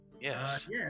Yes